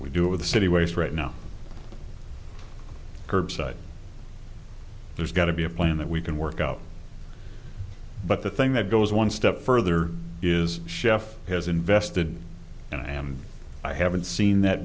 do with the city waste right now curbside there's got to be a plan that we can work out but the thing that goes one step further is chef has invested and i am i haven't seen that